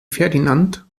ferdinand